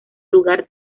lugar